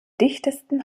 dichtesten